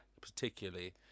particularly